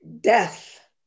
Death